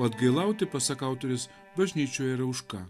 atgailauti pasak autorės bažnyčioj yra už ką